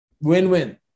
Win-win